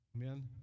Amen